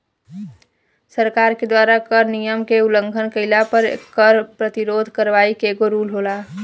सरकार के द्वारा कर नियम के उलंघन कईला पर कर प्रतिरोध करवाई के एगो रूप होला